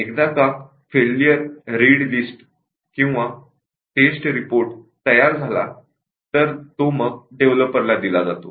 एकदा का failure read list किंवा टेस्ट रिपोर्ट तयार झाला तर तो मग डेव्हलपरला दिला जातो